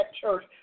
church